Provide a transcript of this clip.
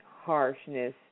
harshness